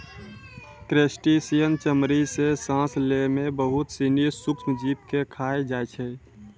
crustacean चमड़ी सें सांस लै में बहुत सिनी सूक्ष्म जीव के खाय जाय छै